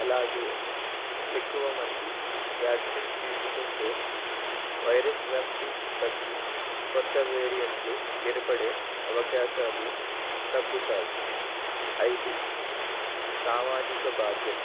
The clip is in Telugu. అలాగే ఎక్కువ మంది వ్యాక్సిన్ తీసుకుంటే వైరస్ వ్యాప్తి తగ్గి కొత్త వేరియంట్లు ఏర్పడే అవకాశాలు తగ్గుతాయి ఐదు సామాజిక బాధ్యత